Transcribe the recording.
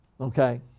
okay